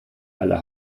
aller